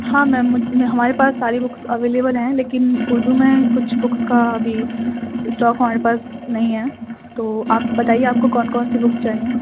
ہاں میم ہمارے پاس ساری بکس اویلیبل ہیں لیکن اردو میں کچھ بکس کا ابھی اسٹاک ہمارے پاس نہیں ہے تو آپ بتائیے آپ کو کون کون سی بکس چاہئیں